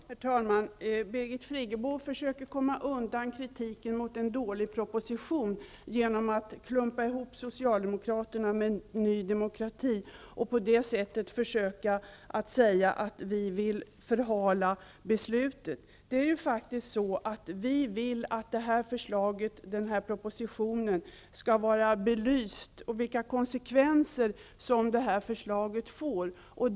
Herr talman! Birgit Friggebo försöker komma undan kritiken mot en dålig proposition genom att klumpa ihop Socialdemokraterna med Ny demokrati och påstå att vi vill förhala beslutet. Vi vill att detta förslag, denna proposition, skall vara belyst när det gäller vilka konsekvenser som det får.